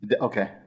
okay